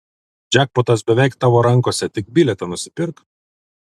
džekpotas beveik tavo rankose tik bilietą nusipirk